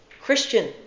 Christian